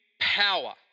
power